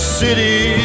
city